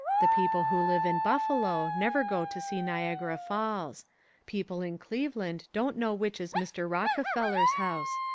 the people who live in buffalo never go to see niagara falls people in cleveland don't know which is mr. rockefeller's house,